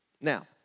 Now